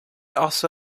also